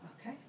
Okay